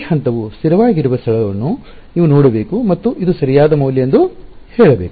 ಈ ಹಂತವು ಸ್ಥಿರವಾಗಿರುವ ಸ್ಥಳವನ್ನು ನೀವು ನೋಡಬೇಕು ಮತ್ತು ಇದು ಸರಿಯಾದ ಮೌಲ್ಯ ಎಂದು ಹೇಳಬೇಕು